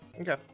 Okay